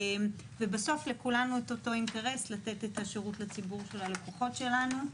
ובסוף לכולנו יש את אותו אינטרס לתת את השירות לציבור של הלקוחות שלנו.